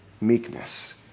meekness